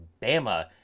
Bama